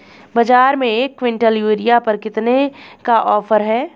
बाज़ार में एक किवंटल यूरिया पर कितने का ऑफ़र है?